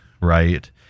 right